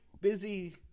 busy